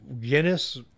Guinness